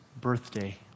birthday